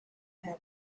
him